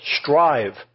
strive